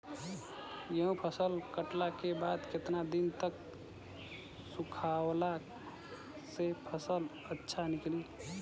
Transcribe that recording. गेंहू फसल कटला के बाद केतना दिन तक सुखावला से फसल अच्छा निकली?